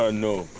ah no,